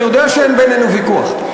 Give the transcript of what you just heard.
אני יודע שאין בינינו ויכוח.